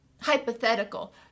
hypothetical